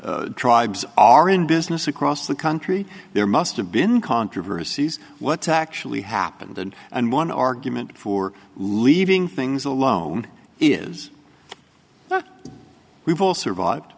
acted tribes are in business across the country there must have been controversies what actually happened then and one argument for leaving things alone is that we've all survived